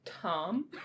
Tom